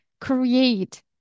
create